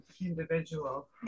individual